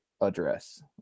address